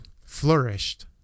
flourished